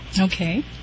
Okay